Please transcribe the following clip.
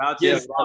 Yes